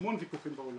המון ויכוחים בעולם.